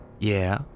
Yeah